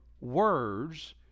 words